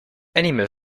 animal